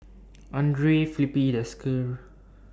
Andre Filipe Desker